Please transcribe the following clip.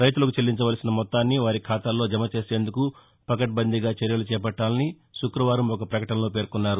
రైతులకు చెల్లించాల్సిన మొత్తాన్ని వారి ఖాతాల్లో జమ చేసేందుకు పకడ్బందీగా చర్యలు చేపట్టాలని శుక్రవారం ఒక ప్రకటనలో పేర్కొన్నారు